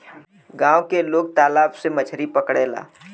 गांव के लोग तालाब से मछरी पकड़ेला